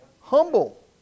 Humble